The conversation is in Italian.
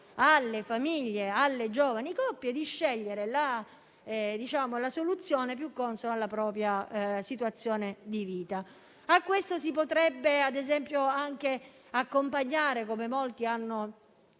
alle famiglie e alle giovani coppie di scegliere la soluzione più consona alla propria situazione di vita. A questo si potrebbe anche accompagnare - come molti hanno